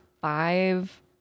five